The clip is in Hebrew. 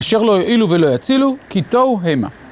אשר לא יועילו ולא יצילו, כי תוהו המה.